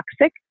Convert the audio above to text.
toxic